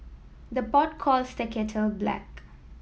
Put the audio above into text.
the pot calls the kettle black